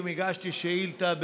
הגשתי שאילתה.